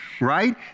right